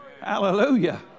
Hallelujah